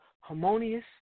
harmonious